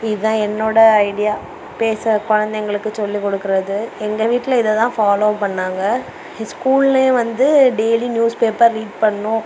இதுதான் என்னோடய ஐடியா பேச குலந்தைகளுக்கு சொல்லிக்கொடுக்குறது எங்கள் வீட்டில இதைதான் ஃபாலோ பண்ணாங்கள் ஸ்கூல்லையும் வந்து டெய்லி நியூஸ் பேப்பர் ரீட் பண்ணணும்